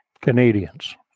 Canadians